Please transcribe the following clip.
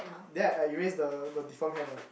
dad I erase the the deform hand ah